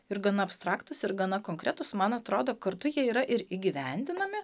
ir gana abstraktūs ir gana konkretūs man atrodo kartu jie yra ir įgyvendinami